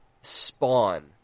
Spawn